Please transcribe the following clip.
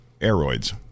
Aeroids